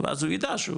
ואז הוא יידע שהוא